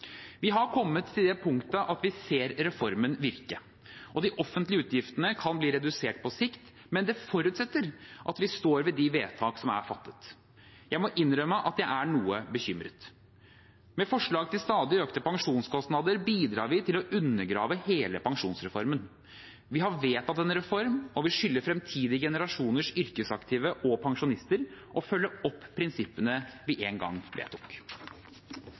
Vi har kommet til det punktet at vi ser reformen virke, og de offentlige utgiftene kan bli redusert på sikt, men det forutsetter at vi står ved de vedtak som er fattet. Jeg må innrømme at jeg er noe bekymret. Med forslag til stadig økte pensjonskostnader bidrar vi til å undergrave hele pensjonsreformen. Vi har vedtatt en reform, og vi skylder fremtidige generasjoners yrkesaktive og pensjonister å følge opp prinsippene vi en gang vedtok.